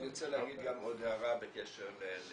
אני רוצה להגיד גם עוד הערה בקשר לרמ"י.